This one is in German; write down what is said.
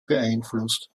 beeinflusst